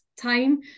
time